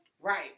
Right